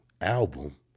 album